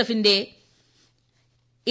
എഫിന്റെ എ